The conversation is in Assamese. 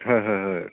হয় হয় হয়